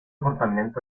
contaminante